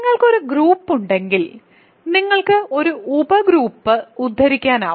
നിങ്ങൾക്ക് ഒരു ഗ്രൂപ്പുണ്ടെങ്കിൽ നിങ്ങൾക്ക് ഒരു ഉപഗ്രൂപ്പ് ഉദ്ധരിക്കാനാകും